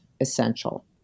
essential